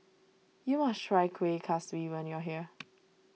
you must try Kueh Kaswi when you are here